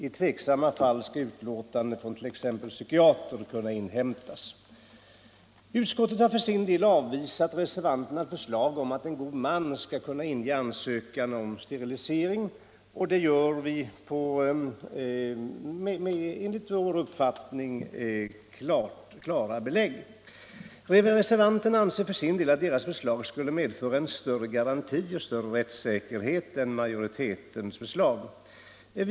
I tveksamma fall skall utlåtande från t.ex. psykiater kunna inhämtas.” Utskottsmajoriteten har avvisat reservanternas förslag om att en god man skall kunna inge ansökan om sterilisering. Utskottsmajoriteten gör detta på enligt min mening klara grunder. Reservanterna anser att deras Nr 87 förslag skulle medföra en större garanti för rättssäkerhet än majoritetens Torsdagen den förslag.